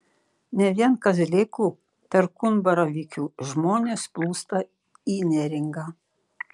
ne vien kazlėkų perkūnbaravykių žmonės plūsta į neringą